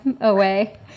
away